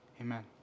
Amen